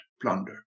plunder